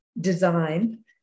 design